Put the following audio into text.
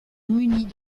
munis